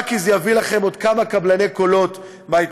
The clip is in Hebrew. רק כי זה יביא לכם עוד כמה קבלני קולות מההתנחלויות.